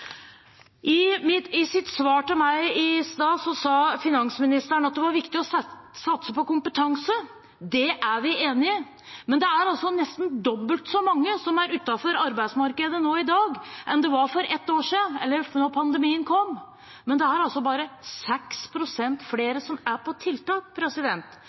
I sitt svar til meg i stad sa finansministeren at det var viktig å satse på kompetanse. Det er vi enig i, men det er nesten dobbelt så mange som er utenfor arbeidsmarkedet nå i dag, som det var for ett år siden, eller da pandemien kom, og det er altså bare 6 pst. flere som er på tiltak.